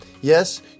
Yes